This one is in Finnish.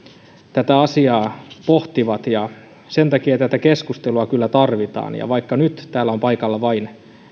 tätä asiaa pohtivat ja sen takia tätä keskustelua kyllä tarvitaan ja vaikka nyt täällä on paikalla vain